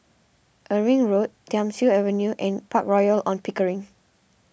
Irving Road Thiam Siew Avenue and Park Royal on Pickering